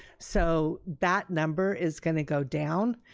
so that number is gonna go down,